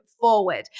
forward